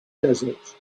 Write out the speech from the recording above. desert